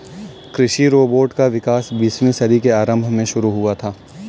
कृषि रोबोट का विकास बीसवीं सदी के आरंभ में शुरू हुआ था